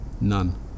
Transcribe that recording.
None